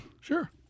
sure